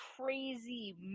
crazy